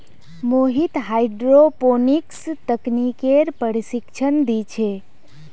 Mohit hydroponics तकनीकेर प्रशिक्षण दी छे